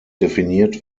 definiert